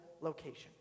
location